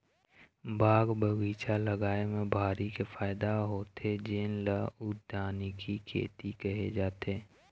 बाग बगीचा लगाए म भारी के फायदा होथे जेन ल उद्यानिकी खेती केहे जाथे